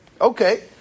Okay